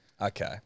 Okay